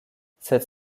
cette